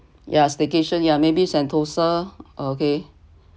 ya staycation ya maybe sentosa okay